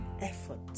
effort